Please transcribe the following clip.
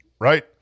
Right